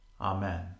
Amen